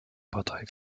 partei